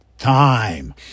time